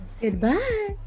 Goodbye